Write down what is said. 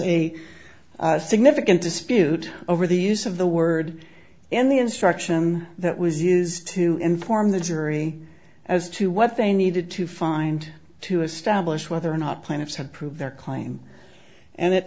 was a significant dispute over the use of the word and the instruction that was used to inform the jury as to what they needed to find to establish whether or not plaintiffs had prove their claim and it